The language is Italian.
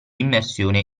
immersione